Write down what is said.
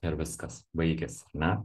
ir viskas baigėsi ar ne